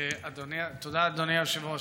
תודה, אדוני היושב-ראש.